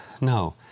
No